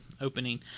opening